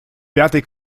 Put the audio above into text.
пятый